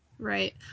Right